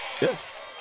Yes